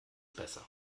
besser